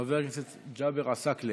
חבר הכנסת ג'אבר עסאקלה